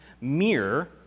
mirror